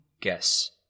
guess